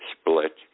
split